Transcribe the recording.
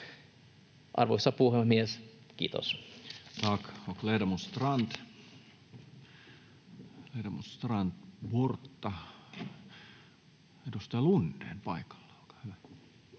Arvoisa puhemies, kiitos.